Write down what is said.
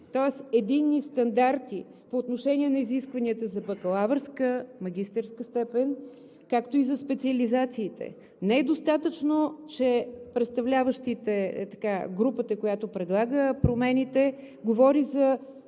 единни стандарти по отношение на изискванията за бакалавърска, магистърска степен, както и за специализациите. Не е достатъчно, че представляващите – групата, която предлага промените, говори за